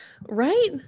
Right